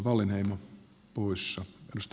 arvoisa herra puhemies